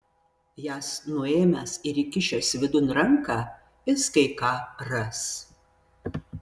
jas nuėmęs ir įkišęs vidun ranką jis kai ką ras